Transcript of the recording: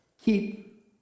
keep